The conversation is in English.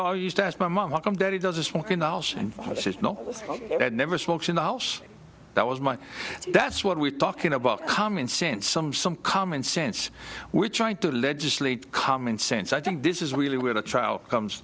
are used to ask my mom welcome daddy does this work in the house and says no it never smokes in the house that was my that's what we're talking about common sense some some common sense we're trying to legislate common sense i think this is really where the trial comes